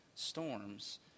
storms